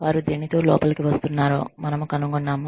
వారు దేనితో లోపలికి వస్తున్నారో మనము కనుగొన్నాము